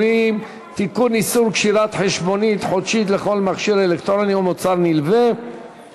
(תיקון, הכרה בפגיעה מינית בעבודה כתאונת עבודה),